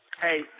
Hey